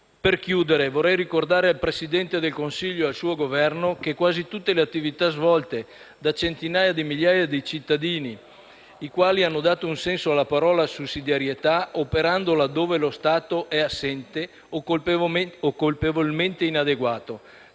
Concludendo, vorrei ricordare al Presidente del Consiglio e al suo Governo che quasi tutte le attività sono svolte da centinaia di migliaia di cittadini che hanno dato un senso alla parola sussidiarietà operando laddove lo Stato è assente o colpevolmente inadeguato.